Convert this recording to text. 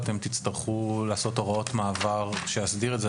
ואתם תצטרכו לעשות הוראות מעבר שיסדירו את זה.